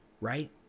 Right